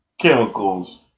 chemicals